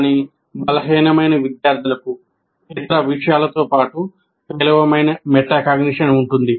కానీ బలహీనమైన విద్యార్థులకు ఇతర విషయాలతో పాటు పేలవమైన మెటాకాగ్నిషన్ ఉంటుంది